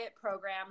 program